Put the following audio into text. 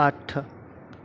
ਅੱਠ